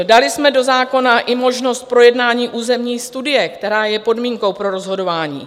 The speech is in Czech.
Dali jsme do zákona i možnost projednání územní studie, která je podmínkou pro rozhodování.